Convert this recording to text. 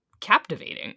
captivating